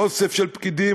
אוסף של פקידים,